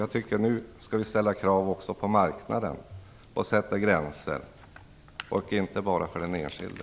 Jag tycker att vi nu skall ställa krav också på marknaden och sätta gränser, inte bara för den enskilde.